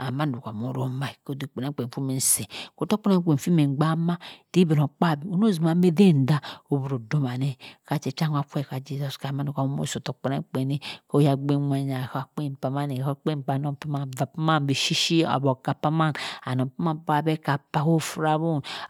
Ah mando amoh rongh ma ko ddik kpienangkpien ki si ottoh kpienangkpien fi mi gba mah teh igbmogkabi onoh zima eden dah ozimo odomaneh ka chẹẹ kwa nwa kwe jesus christ mando amoh so ottok kpienangkpien ko oyagbin wanyah ha akpien kpaman ha akpien kpa onong vahsaman shi shi aborca kpaman anong kpaman ka be ka kpah ka